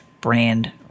brand